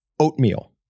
oatmeal